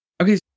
Okay